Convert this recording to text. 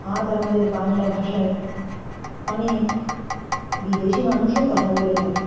আজ আমাদের বাংলা ভাষায় অনেক বিদেশি মানুষও কথা বলে থাকে